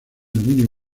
dominio